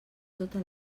tota